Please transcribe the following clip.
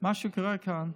מה שקורה כאן: